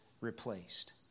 replaced